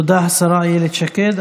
תודה, השרה אילת שקד.